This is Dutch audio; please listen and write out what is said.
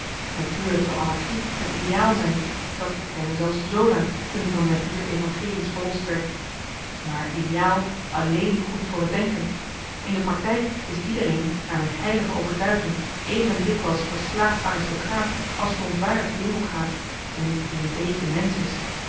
natuurlijk zou anarchie het ideaal zijn dat erkende zelfs zola toen ie van zijn vier evangelies verlost werd maar ideaal alléén goed voor het denken in de praktijk is iedereen naar mijn heilige overtuiging even dikwijls verslaafd aristocraat als verontwaardigd democraat tenminste wie een béétje mensch is